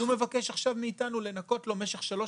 והוא מבקש עכשיו מאתנו לנכות לו במשך שלוש